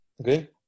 Okay